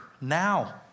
now